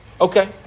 Okay